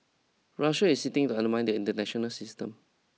Russia is sitting to undermine the international system